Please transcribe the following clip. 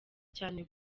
cyane